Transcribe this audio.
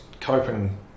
coping